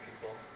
people